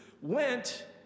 went